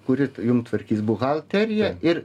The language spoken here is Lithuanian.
kuri jum tvarkys buhalteriją ir